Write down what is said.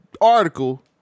Article